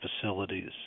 facilities